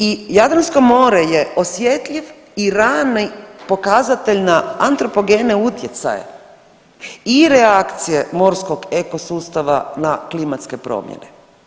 I Jadransko more je osjetljiv i rani pokazatelj na antropogene utjecaje i reakcije morskog eko sustava na klimatske promjene.